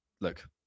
Look